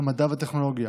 המדע והטכנולוגיה,